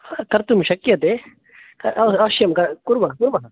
हा कर्तुं शक्यते हा अवश्यं कुर्मः कुर्मः